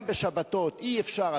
גם בשבתות אי-אפשר,